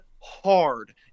hard